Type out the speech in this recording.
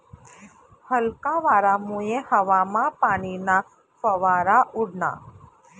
हलका वारामुये हवामा पाणीना फवारा उडना